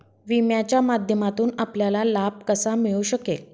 विम्याच्या माध्यमातून आपल्याला लाभ कसा मिळू शकेल?